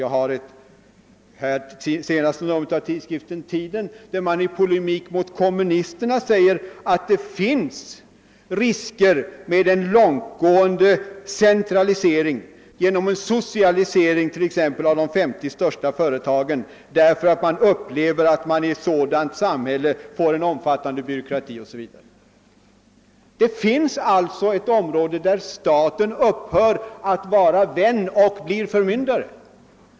Jag har här senaste numret av tidskriften Tiden, där man i polemik mot kommunisterna säger att det finns risker med en långtgående centralisering genom en socialisering t.ex. av de 50 största företagen, eftersom det i ett sådant samhälle uppstår en omfattande byråkrati. Det finns alltså en punkt där staten upphör att vara vän och blir förmyndare.